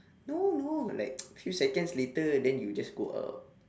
no no like few seconds later then you just go out